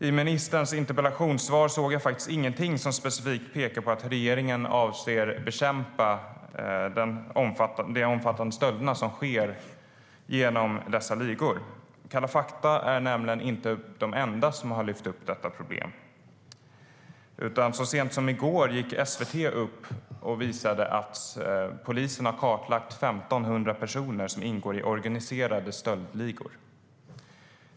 I ministerns interpellationssvar hörde jag faktiskt ingenting som specifikt pekar på att regeringen avser att bekämpa de omfattande stölder som sker genom dessa ligor. Kalla fakta är nämligen inte de enda som har lyft upp detta problem, utan så sent som i går gick SVT ut och visade att polisen har kartlagt 1 500 personer som ingår i organiserade stöldligor.